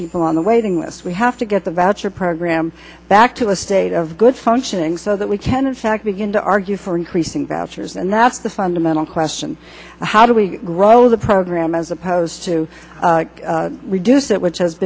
people on the waiting list we have to get the voucher program back to a state of good functioning so that we can in fact begin to argue for increasing vouchers and that's the fundamental question how do we grow the program as opposed to reduce it which has